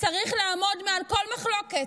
צריך לעמוד מעל כל מחלוקת.